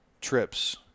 trips